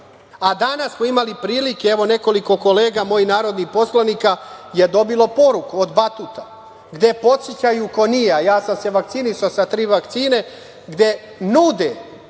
radi. Danas smo imali prilike, evo, nekoliko kolega mojih narodnih poslanika je dobilo poruku od „Batuta“, gde podsećaju ko nije, a ja sam se vakcinisao sa tri vakcine, gde nude